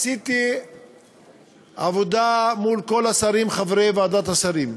עשיתי עבודה מול כל השרים חברי ועדת השרים,